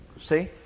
see